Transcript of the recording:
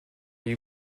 you